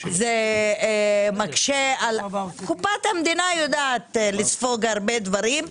זה מקשה על קופת המדינה יודעת לספוג הרבה דברים,